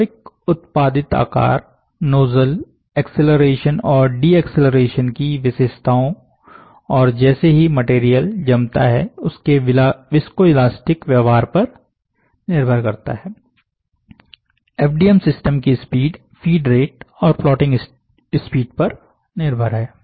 वास्तविक उत्पादित आकार नोजल एक्सीलरेशन और डी एक्सीलरेशन की विशेषताओं और जैसे ही मटेरियल जमता है उसके विस्कोइलास्टिक व्यवहार पर निर्भर करता है एफडीएम सिस्टम की स्पीड फीड रेट और प्लॉटिंग स्पीड पर निर्भर है